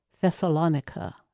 Thessalonica